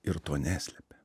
ir to neslepia